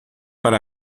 para